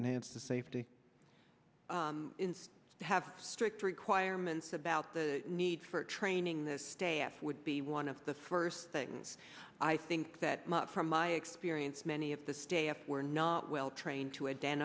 enhance the safety to have strict requirements about the need for training this day f would be one of the first things i think that not from my experience many of the state we're not well trained to iden